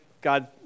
God